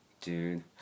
Dude